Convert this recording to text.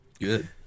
Good